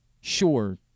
Sure